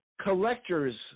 collector's